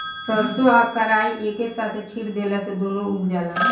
सरसों आ कराई एके साथे छींट देला से दूनो उग जाला